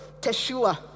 teshua